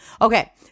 Okay